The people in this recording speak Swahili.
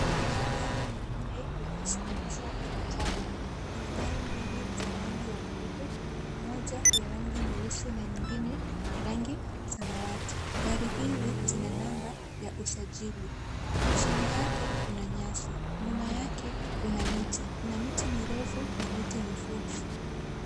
Magari manne yamesimamishwa uwanjani. Kuna gari mbili za rangi ya nyeupe, moja ya rangi nyeusi na nyingine ya rangi samawati. Gari hizi zina number ya usajili. Chini yake kuna nyasi. Nyuma yake kuna miti. Kuna miti mirefu na miti mifupi.